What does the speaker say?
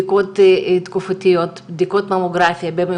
הערכות מערכת הבריאות לבדיקות אלו וכן פעולות